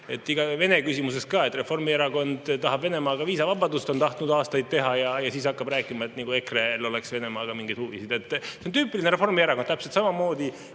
Vene küsimuses ka. Reformierakond tahab Venemaaga viisavabadust, ta on tahtnud aastaid seda teha, ja siis hakkab rääkima, nagu EKRE‑l oleks Venemaaga mingeid huvisid. See on tüüpiline Reformierakond. Täpselt samamoodi,